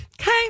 Okay